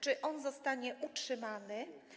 Czy on zostanie utrzymany?